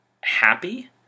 happy